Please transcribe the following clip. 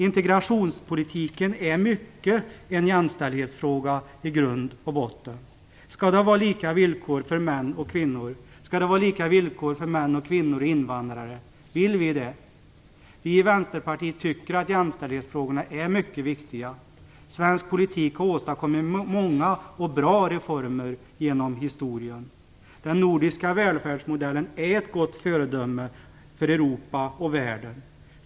Integrationspolitiken utgör i grund och botten till stor del en jämställdhetsfråga. Skall det vara lika villkor för män och kvinnor? Skall det vara lika villkor för män, kvinnor och invandrare? Vill vi det? Vi i Vänsterpartiet tycker att jämställdhetsfrågorna är mycket viktiga. Svensk politik har åstadkommit många och bra reformer genom historien. Den nordiska välfärdsmodellen är ett gott föredöme för Europa och världen.